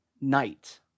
Night